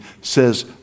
says